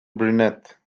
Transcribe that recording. brunette